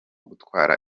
gutwara